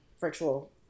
virtual